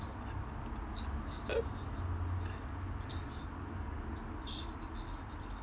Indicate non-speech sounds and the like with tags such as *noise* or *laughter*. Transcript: *laughs*